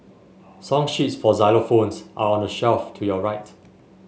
song sheets for xylophones are on the shelf to your right